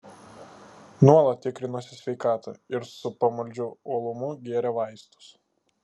nuolat tikrinosi sveikatą ir su pamaldžiu uolumu gėrė vaistus